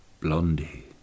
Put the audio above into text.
Blondie